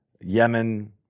Yemen